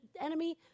enemy